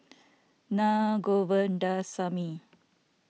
Naa Govindasamy